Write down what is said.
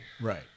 right